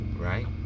Right